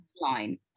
line